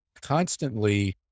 constantly